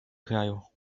kraju